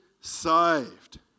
saved